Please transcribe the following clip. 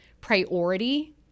priority